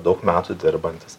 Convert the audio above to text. daug metų dirbantis